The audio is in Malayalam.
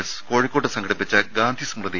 എസ് കോഴിക്കോട് സംഘടിപ്പിച്ച ഗാന്ധിസ്മൃതി